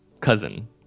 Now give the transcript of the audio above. cousin